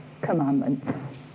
commandments